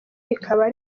rikaba